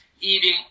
eating